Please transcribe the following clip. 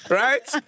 right